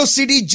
City